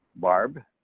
barb.